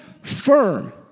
firm